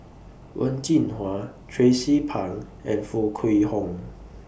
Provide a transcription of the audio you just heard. Wen Jinhua Tracie Pang and Foo Kwee Horng